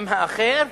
עם האחר,